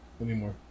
anymore